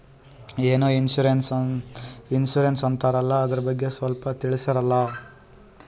ಏನೋ ಇನ್ಸೂರೆನ್ಸ್ ಅಂತಾರಲ್ಲ, ಅದರ ಬಗ್ಗೆ ಸ್ವಲ್ಪ ತಿಳಿಸರಲಾ?